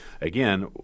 again